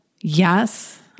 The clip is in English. Yes